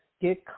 get